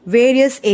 various